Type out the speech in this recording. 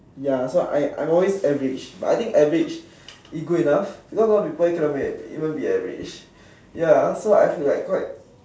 ya so I I'm always average but I think average is good enough because a lot people cannot even be average ya so like I feel like quite